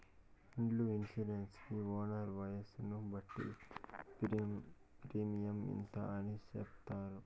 ఇండ్ల ఇన్సూరెన్స్ కి ఓనర్ వయసును బట్టి ప్రీమియం ఇంత అని చెప్తారు